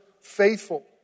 faithful